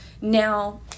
Now